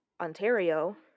Ontario